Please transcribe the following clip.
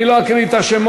אני לא אקריא את השמות.